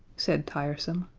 said tiresome.